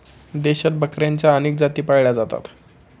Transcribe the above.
देशात बकऱ्यांच्या अनेक जाती पाळल्या जातात